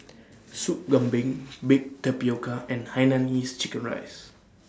Sup Kambing Baked Tapioca and Hainanese Chicken Rice